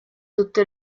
tutto